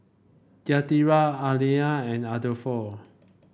Yadira Allean and Adolfo